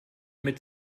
mit